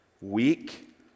weak